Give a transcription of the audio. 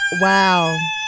Wow